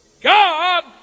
God